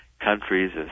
countries